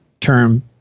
term